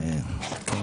אונקולוגים.